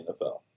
NFL